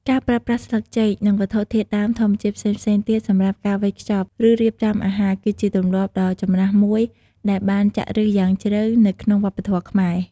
ការប្រើប្រាស់ស្លឹកចេក និងវត្ថុធាតុដើមធម្មជាតិផ្សេងៗទៀតសម្រាប់ការវេចខ្ចប់ ឬរៀបចំអាហារ គឺជាទម្លាប់ដ៏ចំណាស់មួយដែលបានចាក់ឫសយ៉ាងជ្រៅនៅក្នុងវប្បធម៌ខ្មែរ។